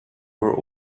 were